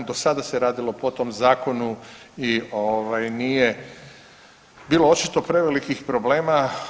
Do sada se radilo po tom zakonu i ovaj nije bilo očito prevelikih problema.